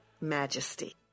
Majesty